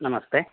नमस्ते